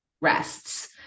rests